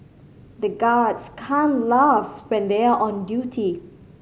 the guards can't laugh when they are on duty